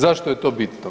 Zašto je to bitno?